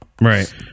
right